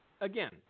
again